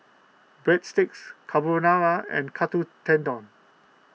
Breadsticks Carbonara and Katsu Tendon